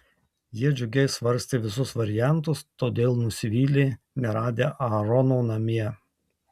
jie džiugiai svarstė visus variantus todėl nusivylė neradę aarono namie